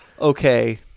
okay